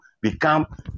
become